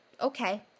Okay